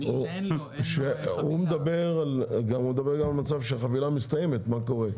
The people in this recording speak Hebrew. הוא מדבר גם על מצב שהחבילה מסתיימת, ומה קורה אז?